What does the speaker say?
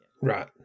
Right